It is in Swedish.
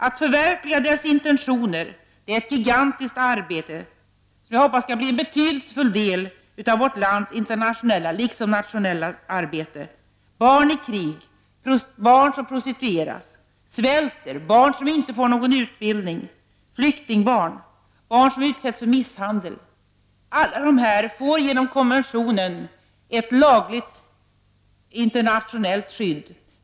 Att förverkliga dess intentioner är ett gigantiskt arbete, som jag hoppas skall bli en betydelsefull del av vårt lands internationella liksom nationella arbete. Barn i krig, barn som prostitueras, barn som svälter, barn som inte får någon utbildning, flyktingbarn, barn som utsätts för misshandel — alla dessa får genom konventionen ett lagligt internationellt skydd.